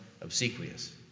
obsequious